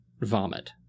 vomit